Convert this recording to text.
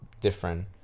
different